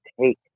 take